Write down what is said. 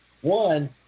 One